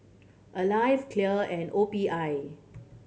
Alive Clear and O P I